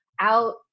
out